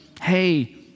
hey